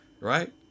right